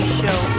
show